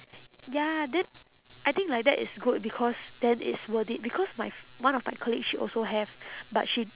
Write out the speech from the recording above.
ya then I think like that is good because then it's worth it because my f~ one of my colleagues she also have but she